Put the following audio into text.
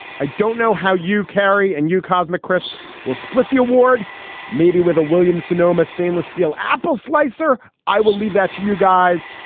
i don't know how you carry and you cosmic crisp. we'll split the award maybe with a williams-sonoma stainless steel apple slicer. i will leave that to you guys.